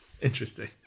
Interesting